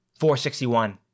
461